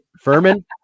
Furman